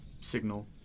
signal